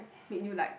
made you like